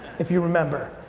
if you remember.